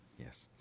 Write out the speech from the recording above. yes